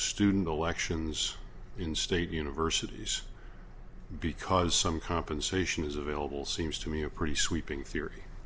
student elections in state universities because some compensation is available seems to me a pretty sweeping theory